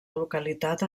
localitat